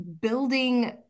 building